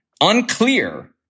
unclear